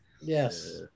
Yes